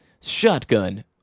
Shotgun